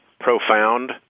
profound